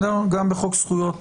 אנחנו גם בחוק זכויות